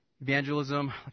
evangelism